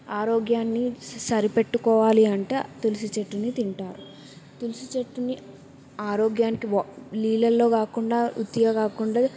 ఆరోగ్యాన్ని సరిపెట్టుకోవాలి అంటే తులసి చెట్టుని తింటారు తులసి చెట్టుని ఆరోగ్యానికి వా నీళ్ళల్లో కాకుండా ఉత్తిగా కాకుండా